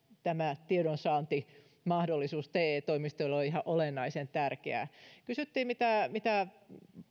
tämä tiedonsaantimahdollisuus te toimistoille on ihan olennaisen tärkeää kysyttiin mitä mitä